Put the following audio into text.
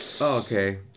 Okay